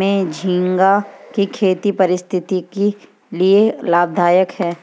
में झींगा की खेती पारिस्थितिकी के लिए लाभदायक है